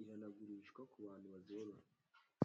ikanagurishwa ku bantu bazorora.